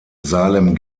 salem